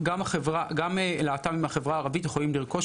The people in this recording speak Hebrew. גם להט״בים מהחברה הערבית יכולים לרכוש